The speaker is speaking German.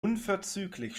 unverzüglich